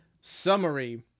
summary